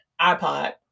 iPod